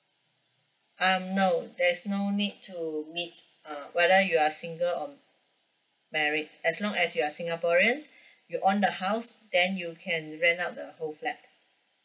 um no there is no need to meet uh whether you are single or married as long as you are singaporean you own the house then you can rent out the whole flat